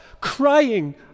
crying